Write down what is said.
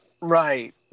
Right